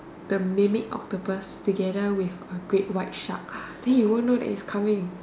the mermaid octopus together with a great white shark then you will not know its coming